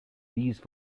these